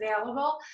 available